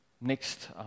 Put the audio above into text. next